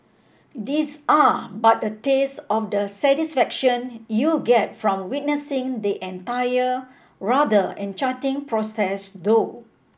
these are but a taste of the satisfaction you'll get from witnessing the entire rather enchanting process though